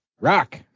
rock